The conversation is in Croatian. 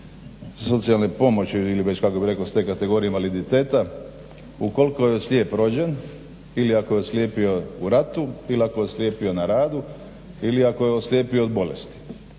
socijalne pomoći ili već kako bih rekao s te kategorije invaliditeta ukoliko je slijep rođen ili ako je oslijepio u ratu ili ako je oslijepio na radu ili ako je oslijepio od bolesti.